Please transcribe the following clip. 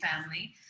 family